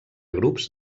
grups